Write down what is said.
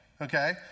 okay